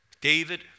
David